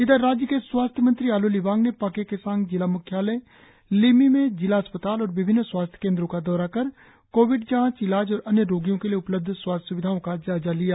इधर राज्य के स्वास्थ्य मंत्री आलो लिबांग ने पाक्के केसांग जिला मुख्यालय लिम्मी में जिला अस्पताल और विभिन्न स्वास्थ्य केंद्रों का दौरा कर कोविड जांच इलाज और अन्य रोगियों के लिए उपलब्ध स्वास्थ्य स्विधाओं का जायजा लिया